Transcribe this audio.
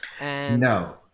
No